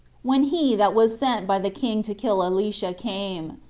when he that was sent by the king to kill elisha came.